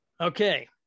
Okay